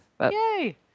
Yay